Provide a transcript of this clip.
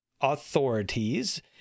authorities